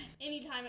Anytime